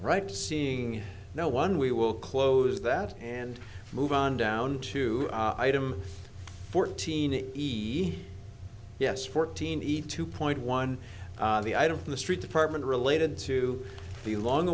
right seeing no one we will close that and move on down to item fourteen to be yes fourteen eat two point one the item in the street department related to the long